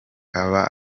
aba